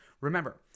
Remember